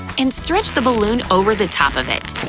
and stretch the balloon over the top of it.